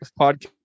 podcast